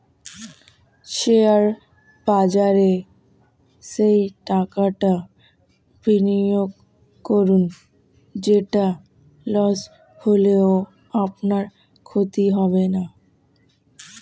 share বাজারে সেই টাকাটা বিনিয়োগ করুন যেটা লস হলেও আপনার ক্ষতি হবে না